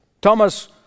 Thomas